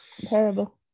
terrible